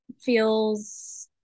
feels